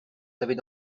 savez